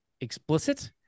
explicit